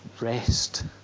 rest